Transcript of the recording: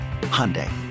Hyundai